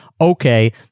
okay